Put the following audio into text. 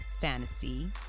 fantasy